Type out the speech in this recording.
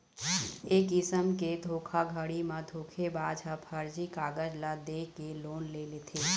ए किसम के धोखाघड़ी म धोखेबाज ह फरजी कागज ल दे के लोन ले लेथे